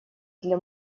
для